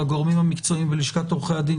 של הגורמים המקצועיים ולשכת עורכי הדין